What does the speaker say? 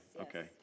Okay